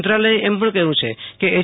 મંત્રાલયે એમ પણ કહયું છે કે એચ